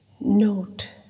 note